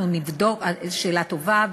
אנחנו נבדוק, זו שאלה טובה.